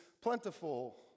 plentiful